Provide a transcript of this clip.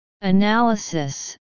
Analysis